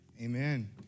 Amen